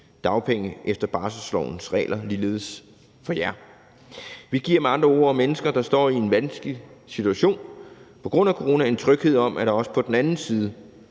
dagpenge efter barselslovens regler ligeledes for jer. Vi giver med andre ord mennesker, der står i en vanskelig situation på grund af coronaen, tryghed om, at der også på den anden side